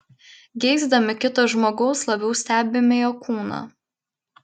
geisdami kito žmogaus labiau stebime jo kūną